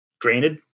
Granted